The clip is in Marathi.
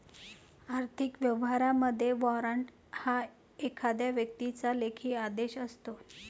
आर्थिक व्यवहारांमध्ये, वॉरंट हा एखाद्या व्यक्तीचा लेखी आदेश असतो